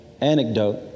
anecdote